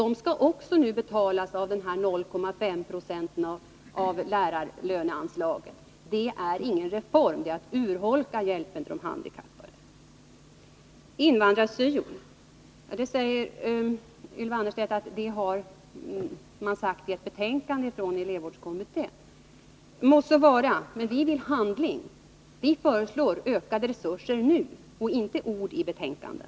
Dessa kostnader skall nu betalas av de 0,5 procenten av anslaget till lärarlönerna. Det är ingen reform. Det är att urholka hjälpen till handikappade. När det gäller invandrar-syo hänvisar Ylva Annerstedt till ett betänkande från elevrådskommittén. Må så vara — men vi vill ha handling. Vi föreslår ökade resurser, nu, inte ord i betänkanden.